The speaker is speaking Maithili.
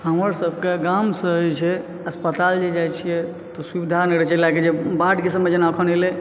हमर सबके गाम सऽ जे छै अस्पताल जे जाइ छियै तऽ सुविधा नहि रहै छै एहि लऽ कऽ जे बाढ़ के समय जेना अपन अयलै